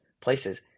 places